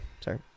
sorry